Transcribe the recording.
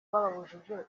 babujijwe